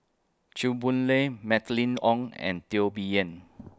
Chew Boon Lay Mylene Ong and Teo Bee Yen